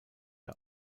der